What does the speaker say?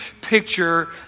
picture